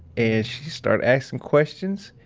and she started asking questions.